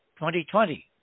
2020